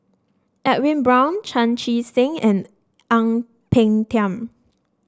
Edwin Brown Chan Chee Seng and Ang Peng Tiam